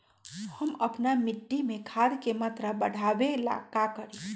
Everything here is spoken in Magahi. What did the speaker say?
हम अपना मिट्टी में खाद के मात्रा बढ़ा वे ला का करी?